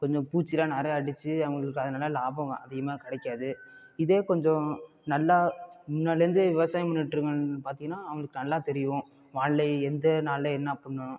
கொஞ்சம் பூச்சிலாம் நிறையா அடிச்சு அவங்களுக்கு அதனால லாபம் அதிகமாக கிடைக்காது இதே கொஞ்சம் நல்லா முன்னாடிலேர்ந்து விவசாயம் பண்ணிட்டுருக்கவுங்களை பார்த்திங்கனா அவங்களுக்கு நல்லா தெரியும் வானிலை எந்த நாளில் என்ன பண்ணும்